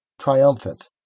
triumphant